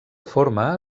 forma